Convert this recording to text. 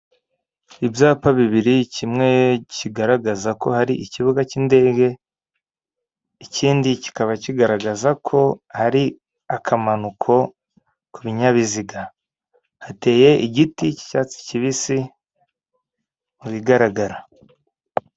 Ibyapa bibiri, kimwe kigaragaza ko hari ikibuga cy'indege, ikindi kikaba kigaragaza ko hari akamanuko ku binyabiziga. Hateye igiti cy'icyatsi kibisi mu bigaragara.